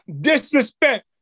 disrespect